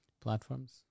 platforms